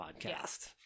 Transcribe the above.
podcast